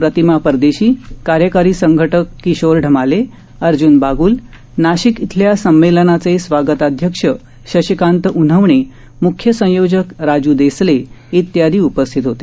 प्रतिमा परदेशी कार्यकारी संघटक किशोर ढमाले अर्जुन बागुल नाशिक इथल्या संमेलनाचे स्वागताध्यक्ष शशिकांत उन्हवणे म्ख्य संयोजक राजू देसले इत्यादी उपस्थित होते